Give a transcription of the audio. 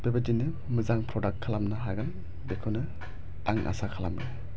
बेबायदिनो मोजां प्रदाक्ट खालामनो हागोन बेखौनो आं आसा खालामो